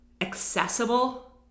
accessible